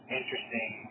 interesting